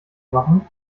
machen